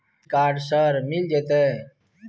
Credit card sir मिल जेतै?